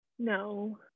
No